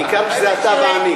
בעיקר כשזה אתה ואני.